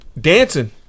Dancing